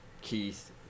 Keith